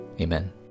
Amen